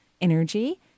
energy